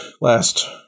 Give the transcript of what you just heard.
last